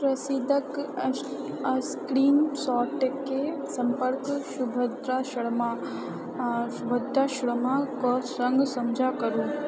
रसीदक स्क्रीनशॉकेँ संपर्क सुभद्रा शर्मा कऽ सङ्ग साझा करू